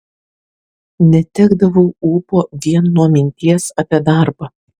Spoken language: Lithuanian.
netekdavau ūpo vien nuo minties apie darbą